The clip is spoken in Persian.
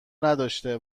نداشته